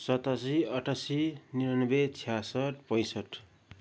सतासी अठासी निनानब्बे छ्यासठ पैँसठ